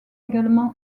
également